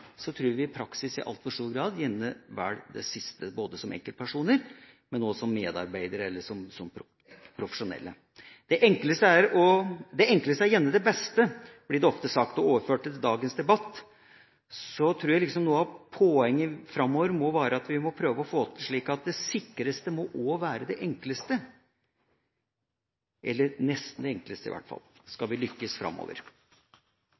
vi i praksis i altfor stor grad gjerne velger det siste, som enkeltpersoner, men også som medarbeidere eller profesjonelle. Det enkleste er gjerne det beste, blir det ofte sagt. Overført til dagens debatt tror jeg noe av poenget framover må være at vi må prøve å få det til slik at det sikreste også må være det enkleste, eller i hvert fall nesten det enkleste, skal vi lykkes framover. Det har blitt en trend i